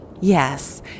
Yes